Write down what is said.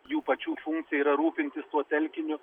jų pačių funkcija yra rūpintis tuo telkiniu